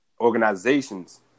organizations